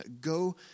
Go